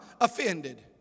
offended